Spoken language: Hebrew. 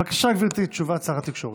בבקשה, גברתי, תשובת שר התקשורת.